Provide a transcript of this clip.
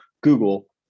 Google